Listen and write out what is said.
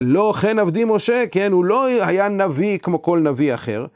לא כן עבדי משה, כן? הוא לא היה נביא כמו כל נביא אחר.